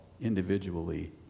individually